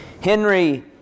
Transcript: Henry